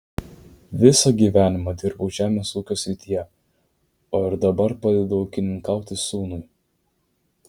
visą gyvenimą dirbau žemės ūkio srityje o ir dabar padedu ūkininkauti sūnui